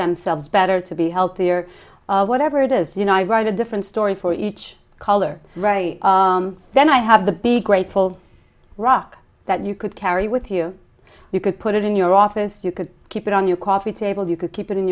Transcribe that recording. themselves better to be healthy or whatever it is you know i write a different story for each color right then i have the big grateful rock that you could carry with you you could put it in your office you could keep it on your coffee table you could keep it in